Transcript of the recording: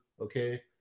okay